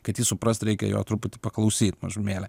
kad jį suprast reikia jo truputį paklausyt mažumėlę